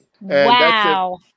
Wow